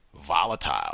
volatile